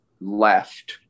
left